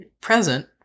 present